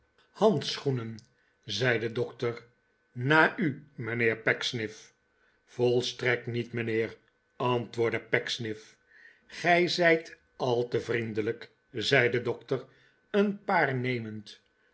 handschoenen zei de dokter na u mijnheer pecksniff volstrekt niet mijnheer antwoordde pecksniff gij zijt al te vriendelijk zei de dokter een paar nemend